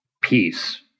peace